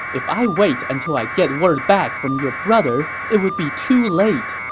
if i wait until i get word back from your brother, it would be too late.